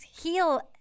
heal